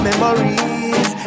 Memories